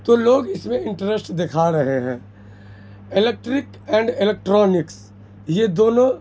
تو لوگ اس میں انٹرسٹ دکھا رہے ہیں الیکٹرک اینڈ الیکٹرانکس یہ دونوں